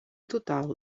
total